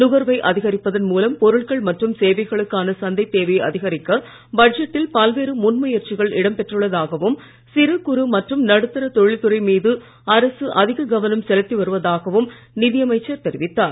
நுகர்வை அதிகரிப்பதன் மூலம் பொருட்கள் மற்றும் சேவைகளுக்கான சந்தைத் தேவையை அதிகரிக்க பட்ஜெட்டில் பல்வேறு முன் முயற்சிகள் இடம் பெற்றுள்ளதாகவும் சிறு குறு மற்றும் நடுத்தர தொழில் துறை மீது அரசு அதிக கவனம் செலுத்தி வருவதாகவும் நிதி அமைச்சர் தெரிவித்தார்